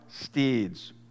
steeds